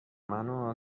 منو